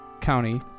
County